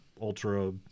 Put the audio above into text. ultra